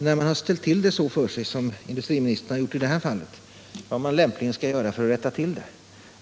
När man har ställt till det för sig så som industriministern har gjort i det här fallet vet jag inte riktigt vad man skall göra för att rätta till det hela.